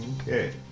Okay